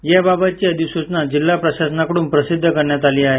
याबाबतची अधिसूचना जिल्हा प्रशासनाकडून प्रसिध्द करण्यात आली आहे